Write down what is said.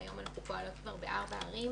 והיום אנחנו פועלות כבר בארבע ערים,